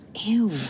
Ew